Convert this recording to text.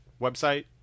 website